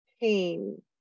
pain